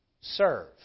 Serve